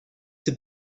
have